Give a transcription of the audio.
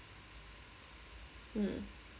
mm